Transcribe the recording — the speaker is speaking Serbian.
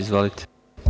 Izvolite.